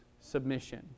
submission